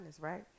right